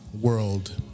world